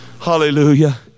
Hallelujah